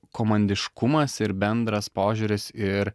komandiškumas ir bendras požiūris ir